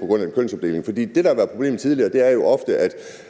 på grund af kønsfordeling? For det, der har været problemet tidligere, er jo ofte, at